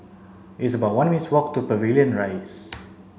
it's about one minutes' walk to Pavilion Rise